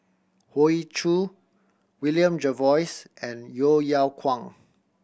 Hoey Choo William Jervois and Yeo Yeow Kwang